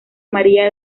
maría